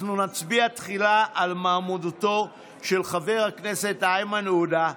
אנחנו נצביע תחילה על מועמדותו של חבר הכנסת איימן עודה,